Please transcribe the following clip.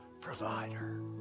provider